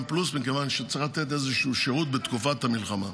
פלוס מכיוון שצריך לתת איזשהו שירות בתקופת המלחמה.